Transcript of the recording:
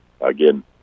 again